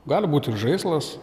gali būt ir žaislas